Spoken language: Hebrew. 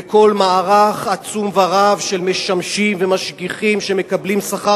ולא מערך עצום ורב של משמשים ומשגיחים שמקבלים שכר